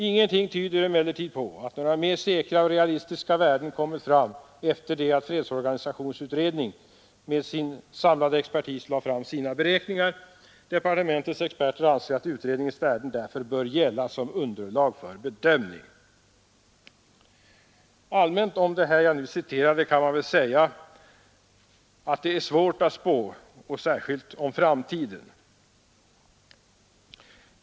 Ingenting tyder emellertid på att några mer säkra och realistiska värden kommit fram efter det att fredsorganisationsutredningen med sin samlade expertis lade fram sina beräkningar. Försvarsdepartementets experter anser att utredningens värden därför bör gälla som underlag för bedömning ———,”. Allmänt kan man väl säga om detta att det är svårt att spå, särskilt om framtiden.